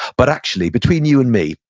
but actually, between you and me,